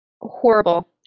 Horrible